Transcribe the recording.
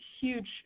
huge